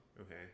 Okay